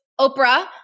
Oprah